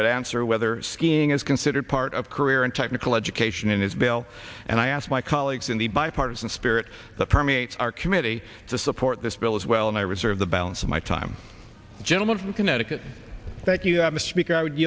would answer whether skiing is considered part of career and technical education in his bill and i asked my colleagues in the bipartisan spirit that permeates our committee to support this bill as well and i reserve the balance of my time gentleman from connecticut thank you